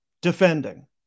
defending